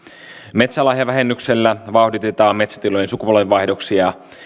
metsälahjavähennyksellä vauhditetaan metsätilojen sukupolvenvaihdoksia